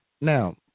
Now